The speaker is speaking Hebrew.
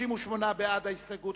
לא, אדוני.